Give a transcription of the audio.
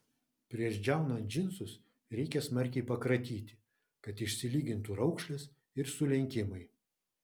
prieš džiaunant džinsus reikia smarkiai pakratyti kad išsilygintų raukšlės ir sulenkimai